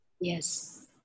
Yes